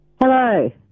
Hello